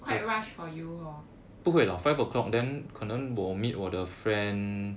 quite rush for you hor